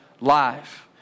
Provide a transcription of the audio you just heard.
life